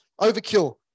overkill